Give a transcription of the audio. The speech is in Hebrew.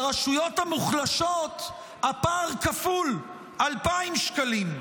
ברשויות המוחלשות הפער כפול, 2,000 שקלים.